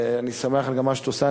אני שמח על מה שאת עושה,